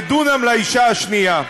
דונם לאישה האחת ודונם לאישה השנייה,